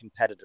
competitively